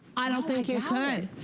i don't think you could.